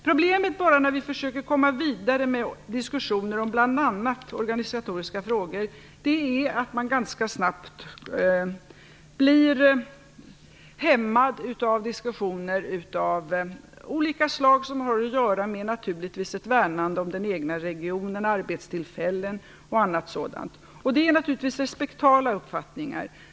Problemet när man försöker komma vidare med diskussioner om bl.a. organisatoriska frågor är att man ganska snabbt blir hämmad av diskussioner av olika slag som naturligtvis har att göra med ett värnande om den egna regionen, arbetstillfällen och annat. Det är naturligtvis respektabelt.